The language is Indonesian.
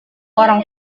orang